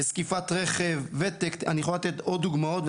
עם זקיפת רכב, ותק אני יכול לתת עוד דוגמאות.